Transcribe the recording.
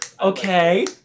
okay